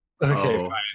Okay